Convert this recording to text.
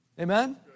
Amen